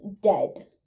dead